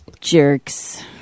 jerks